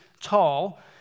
tall